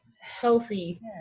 healthy